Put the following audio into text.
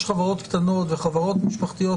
יש חברות קטנות וחברות משפחתיות,